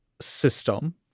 system